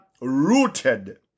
rooted